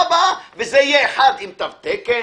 וזה יהיה אחד עם תו תקן,